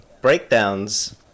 Breakdowns